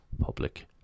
Public